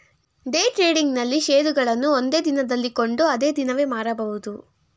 day trading ನಲ್ಲಿ ಶೇರುಗಳನ್ನು ಒಂದೇ ದಿನದಲ್ಲಿ ಕೊಂಡು ಅದೇ ದಿನವೇ ಮಾರಬಹುದು